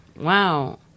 Wow